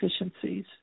efficiencies